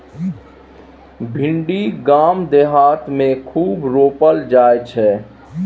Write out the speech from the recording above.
भिंडी गाम देहात मे खूब रोपल जाई छै